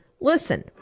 Listen